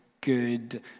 good